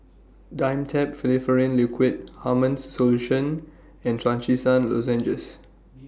Dimetapp Phenylephrine Liquid Hartman's Solution and Trachisan Lozenges